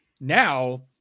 now